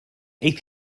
aeth